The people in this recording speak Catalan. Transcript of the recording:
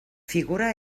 figura